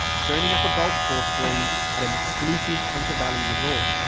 churning up a golf-course green at an exclusive hunter valley resort.